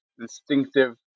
instinctive